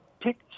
pick